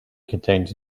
contains